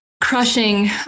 crushing